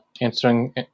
answering